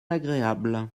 agréable